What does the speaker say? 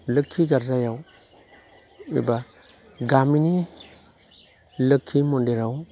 लोक्षि गारजायाव एबा गामिनि लोक्षि मन्दिराव